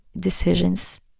decisions